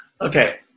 Okay